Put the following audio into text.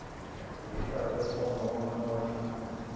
okay, i'm going to try this one, one more time.